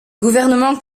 gouvernements